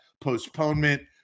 postponement